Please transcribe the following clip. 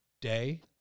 day